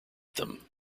them